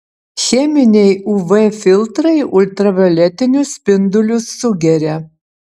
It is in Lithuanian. cheminiai uv filtrai ultravioletinius spindulius sugeria